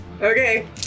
Okay